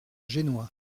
génois